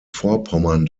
vorpommern